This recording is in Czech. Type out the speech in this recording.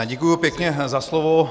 Děkuji pěkně za slovo.